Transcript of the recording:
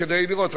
כדי לראות.